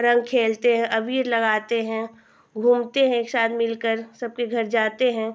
रंग खेलते हैं अबीर लगाते हैं घूमते हैं एकसाथ मिलकर सबके घर जाते हैं